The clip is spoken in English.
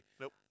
Nope